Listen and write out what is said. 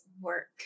work